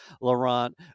Laurent